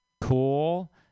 cool